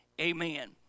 Amen